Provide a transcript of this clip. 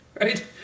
right